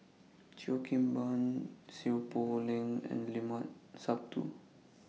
Cheo Kim Ban Seow Poh Leng and Limat Sabtu